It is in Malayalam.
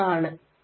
6 ആണ്